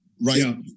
right